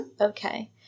Okay